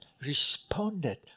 responded